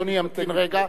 אדוני, המתן רגע.